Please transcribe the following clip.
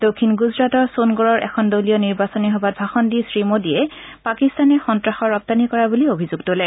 দক্ষিণ গুজৰাটৰ সোনগড়ৰ এখন দলীয় নিৰ্বাচনী সভাত ভাষণ দি শ্ৰীমোদীয়ে পাকিস্তানে সন্নাসৰ ৰপ্তানি কৰা বুলি অভিযোগ তোলে